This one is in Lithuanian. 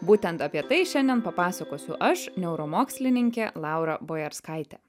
būtent apie tai šiandien papasakosiu aš neuromokslininkė laura bojarskaitė